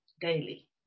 daily